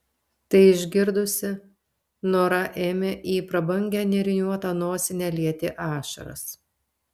tai išgirdusi nora ėmė į prabangią nėriniuotą nosinę lieti ašaras